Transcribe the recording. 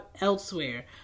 elsewhere